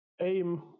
aim